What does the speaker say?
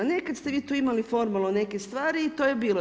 Nekad ste vi tu imali formulu nekih stvari i to je bilo.